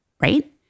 Right